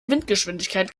windgeschwindigkeiten